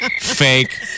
Fake